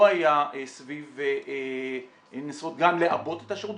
היה סביב לנסות גם לעבות את השירות,